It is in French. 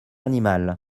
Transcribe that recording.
animal